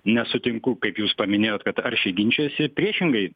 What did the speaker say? nesutinku kaip jūs paminėjot kad aršiai ginčijosi priešingai